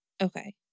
Okay